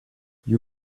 you